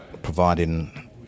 providing